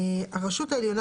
"הרשות העליונה